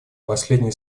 последние